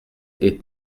est